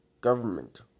government